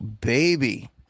baby